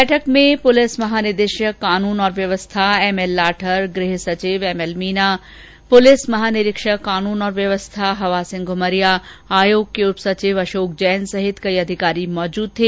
बैठक में पुलिस महानिदेशक कानून और व्यवस्था एम एल लाठर गृह सचिव एल एन मीना पुलिस महानिरीक्षक कानून और व्यवस्था हवा सिंह घुमरिया आयोग के उपसचिव अशोक जैन सहित कई अधिकारी मौजूद थे